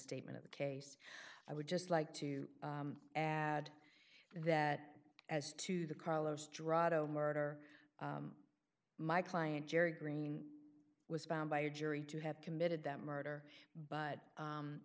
statement of the case i would just like to add that as to the carlos drago murder my client jerry green was found by a jury to have committed that murder but